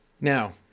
Now